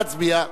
נא להצביע.